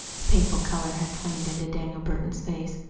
a painful color had flamed into daniel burton's face.